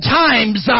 times